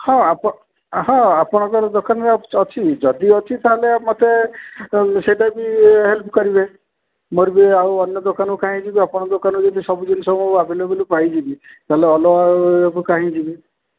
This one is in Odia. ହଁ ଆପଣ ହଁ ଆପଣଙ୍କର ଦୋକାନରେ ଅଛି ଯଦି ଅଛି ତା'ହେଲେ ମୋତେ ସେଇଟା ବି ହେଲ୍ପ୍ କରିବେ ମୋର ବି ଆଉ ଅନ୍ୟ ଦୋକାନକୁ କାଇଁକି ଯିବି ଆପଣଙ୍କ ଦୋକାନରେ ମୁଁ ଯଦି ସବୁ ଜିନଷ ଆଭେଲେବୁଲ୍ ପାଇଯିବି ତା'ହେଲେ ଅଲଗା ଇଏକୁ କାହିଁକି ଯିବି